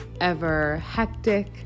ever-hectic